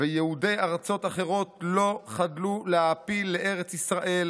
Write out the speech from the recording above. ויהודי ארצות אחרות לא חדלו להעפיל לארץ ישראל,